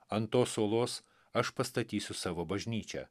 ant tos uolos aš pastatysiu savo bažnyčią